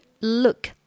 look